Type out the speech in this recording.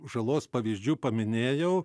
žalos pavyzdžių paminėjau